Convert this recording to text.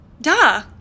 Duh